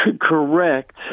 correct